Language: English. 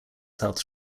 south